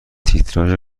تیتراژ